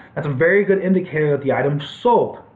that's a very good indicator that the items sold.